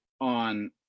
on